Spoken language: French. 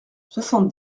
soixante